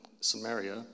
Samaria